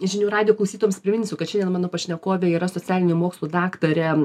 žinių radijo klausytojams priminsiu kad šiandien mano pašnekovė yra socialinių mokslų daktarė